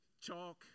chalk